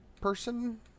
person